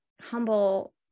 humble